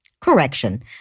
Correction